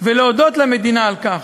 ולהודות למדינה על כך.